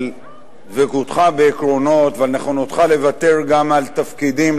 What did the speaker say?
דבקותך בעקרונות ועל נכונותך לוותר גם על תפקידים,